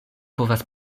povas